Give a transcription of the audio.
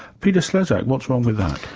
peter slezak, what's wrong with that?